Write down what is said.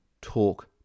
talk